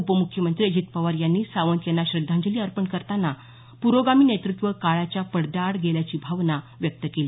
उपमुख्यमंत्री अजित पवार यांनी सावंत यांना श्रद्धांजली अर्पण करताना प्रोगामी नेतृत्व काळाच्या पडद्याआड गेल्याची भावना व्यक्त केली